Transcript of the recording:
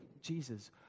Jesus